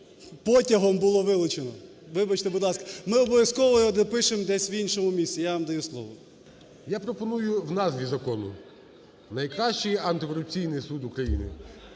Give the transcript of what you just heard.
потягом було вилучено. Вибачте, будь ласка. Ми обов'язково його допишемо десь в іншому місці, я вам даю слово. ГОЛОВУЮЧИЙ. Я пропоную в назві закону "Найкращий антикорупційний суд України",